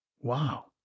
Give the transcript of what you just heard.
Wow